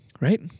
right